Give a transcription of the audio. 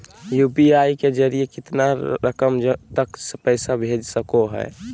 UPI के जरिए कितना रकम तक पैसा भेज सको है?